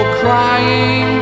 crying